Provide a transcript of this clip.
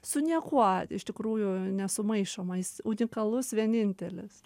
su niekuo iš tikrųjų nesumaišoma jis unikalus vienintelis